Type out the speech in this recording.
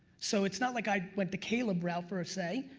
so it's not like i went the caleb route first, say.